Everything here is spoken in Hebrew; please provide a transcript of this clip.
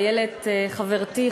איילת חברתי,